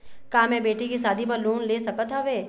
का मैं बेटी के शादी बर लोन ले सकत हावे?